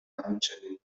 همچنین